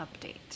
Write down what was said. update